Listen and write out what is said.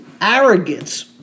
arrogance